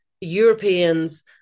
Europeans